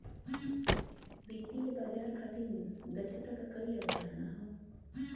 वित्तीय बाजार खातिर दक्षता क कई अवधारणा हौ